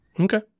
Okay